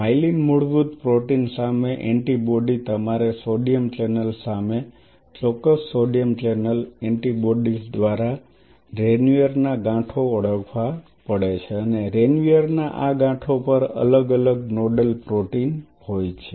myelin મૂળભૂત protein સામે antibody તમારે સોડિયમ ચેનલ સામે ચોક્કસ સોડિયમ ચેનલ એન્ટિબોડીઝ દ્વારા રેનવીયરના ગાંઠો ઓળખવા પડે છે અને રેનવીયરના આ ગાંઠો પર અલગ અલગ નોડલ પ્રોટીન હોય છે